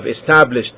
established